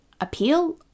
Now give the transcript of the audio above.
appeal